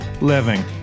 living